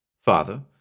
Father